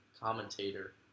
commentator